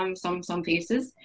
um some some faces,